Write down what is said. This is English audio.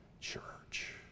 church